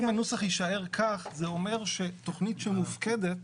אם הנוסח יישאר כך, זה אומר שתכנית שמופקדת